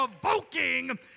provoking